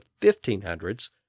1500s